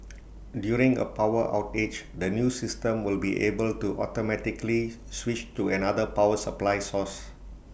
during A power outage the new system will be able to automatically switch to another power supply source